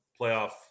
playoff